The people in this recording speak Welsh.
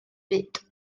byd